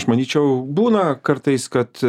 aš manyčiau būna kartais kad